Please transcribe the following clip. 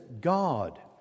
God